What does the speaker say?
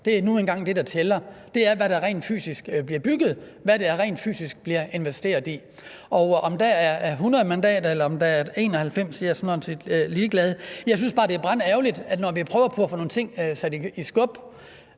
Det er nu engang det, der tæller, nemlig hvad der rent fysisk bliver bygget, hvad der rent fysisk bliver investeret i. Om der er 100 eller 91 mandater, er jeg sådan set ligeglad med – jeg synes bare, det er brandærgerligt, at når vi prøver på at få nogle ting sat i skub,